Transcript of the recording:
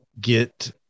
get